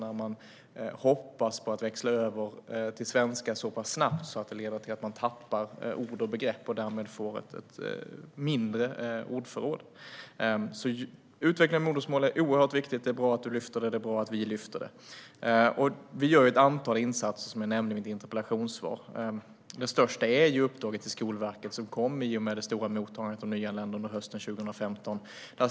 De hoppas på att växla över till svenska så pass snabbt att det leder till att de tappar ord och begrepp och därmed får ett mindre ordförråd. Utvecklingen av modersmålet är oerhört viktigt. Det är bra att Daniel Riazat lyfter upp frågan, och det är bra att vi lyfter upp frågan. Precis som jag nämnde i mitt interpellationssvar gör vi ett antal insatser. Den största är uppdraget till Skolverket som kom i och med det stora mottagandet av nyanlända hösten 2015.